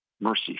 mercy